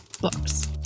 books